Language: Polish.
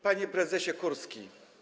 Panie Prezesie Kurski!